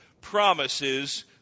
Promises